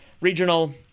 regional